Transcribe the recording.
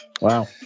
Wow